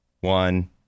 one